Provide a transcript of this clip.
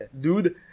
Dude